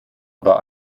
oder